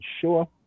sure